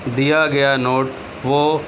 دیا گیا نوٹ وہ